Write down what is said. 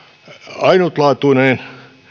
ainutlaatuinen